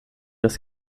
des